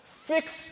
Fix